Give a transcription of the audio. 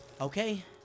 Okay